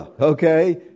okay